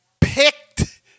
picked